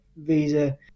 visa